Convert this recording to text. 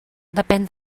depèn